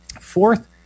Fourth